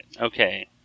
Okay